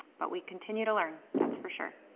but we continue to learn, that's for sure.